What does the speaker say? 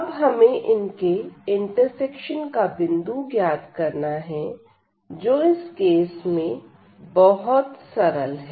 अब हमें इनके इंटरसेक्शन का बिंदु ज्ञात करना है जो इस केस में बहुत सरल है